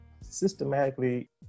systematically